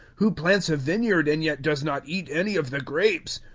who plants a vineyard and yet does not eat any of the grapes?